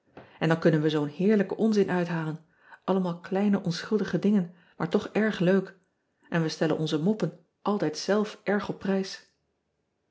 n dan kunnen we zoo ne heerlijken onzin uithalen allemaal kleine onschuldig dingen maar toch erg leuk en we stellen onze moppen altijd zelf erg op prijs